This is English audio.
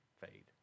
fade